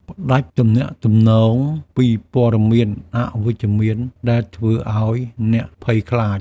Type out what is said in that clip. ផ្ដាច់ទំនាក់ទំនងពីព័ត៌មានអវិជ្ជមានដែលធ្វើឱ្យអ្នកភ័យខ្លាច។